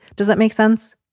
does that make sense?